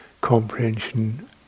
comprehension